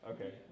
Okay